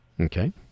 Okay